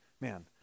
Man